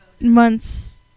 Months